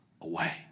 away